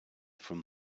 from